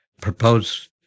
proposed